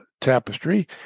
Tapestry